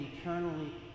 eternally